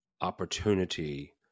opportunity